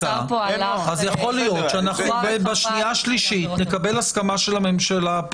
יכול להיות שבקריאה השנייה והשלישית נקבל הסכמה של הממשלה,